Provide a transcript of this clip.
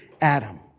Adam